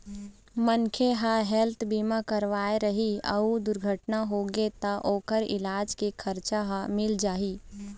मनखे ह हेल्थ बीमा करवाए रही अउ दुरघटना होगे त ओखर इलाज के खरचा ह मिल जाही